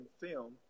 film